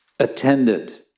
attended